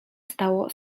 stało